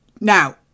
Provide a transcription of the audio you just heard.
Now